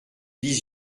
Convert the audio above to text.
dix